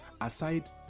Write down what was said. aside